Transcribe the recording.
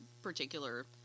particular